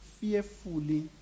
fearfully